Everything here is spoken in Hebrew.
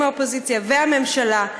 עם האופוזיציה והממשלה,